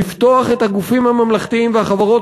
לפתוח את הגופים הממלכתיים והחברות